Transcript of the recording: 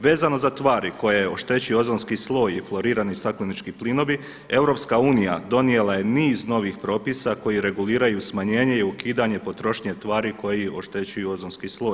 Vezano za tvari koje oštećuju ozonski sloj i florirani staklenički plinovi EU donijela je niz novih propisa koji reguliraju smanjenje i ukidanje potrošnje tvari koji oštećuju ozonski sloj.